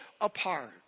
apart